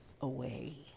away